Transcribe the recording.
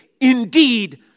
indeed